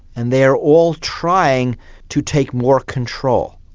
and they are all trying to take more control.